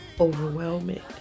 overwhelming